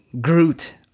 Groot